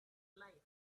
life